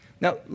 Now